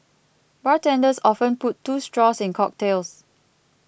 bartenders often put two straws in cocktails